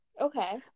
Okay